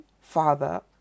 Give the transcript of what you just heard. Father